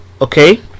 okay